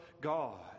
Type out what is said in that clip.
God